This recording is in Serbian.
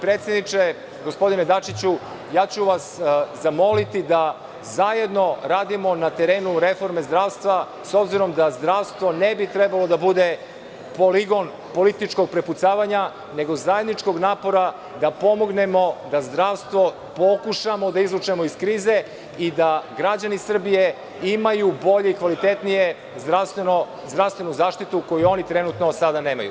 Predsedniče, gospodine Dačiću, ja ću vas zamoliti da zajedno radimo na terenu reforme zdravstva, s obzirom da zdravstvo ne bi trebalo da bude poligon političkog prepucavanja, nego zajedničkog napora da pomognemo da zdravstvo pokušamo da izvučemo iz krize i da građani Srbije imaju bolju i kvalitetniju zdravstvenu zaštitu koju oni sada trenutno nemaju.